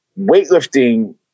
weightlifting